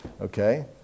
okay